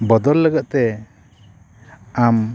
ᱵᱚᱫᱚᱞ ᱞᱟᱹᱜᱤᱫ ᱛᱮ ᱟᱢ